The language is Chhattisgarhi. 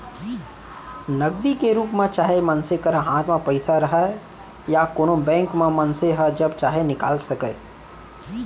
नगदी के रूप म चाहे मनसे करा हाथ म पइसा रहय या कोनों बेंक म मनसे ह जब चाहे निकाल सकय